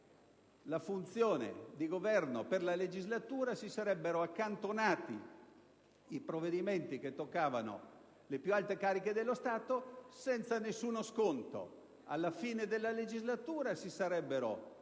e che per tutta la legislatura si sarebbero accantonati i provvedimenti che toccavano le più alte cariche dello Stato senza nessuno sconto, perché alla fine della legislatura si sarebbero celebrati